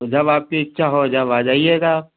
जब आपकी इच्छा हो जब आ जाइएगा आप